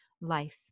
life